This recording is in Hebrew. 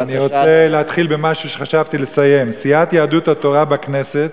אז אני רוצה להתחיל במשהו שחשבתי לסיים בו: סיעת יהדות התורה בכנסת